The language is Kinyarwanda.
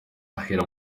ahera